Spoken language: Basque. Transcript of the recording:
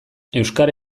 euskara